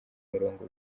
murongo